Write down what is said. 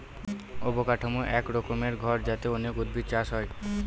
অবকাঠামো এক রকমের ঘর যাতে অনেক উদ্ভিদ চাষ হয়